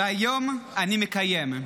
והיום אני מקיים.